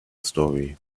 story